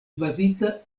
bazita